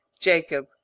Jacob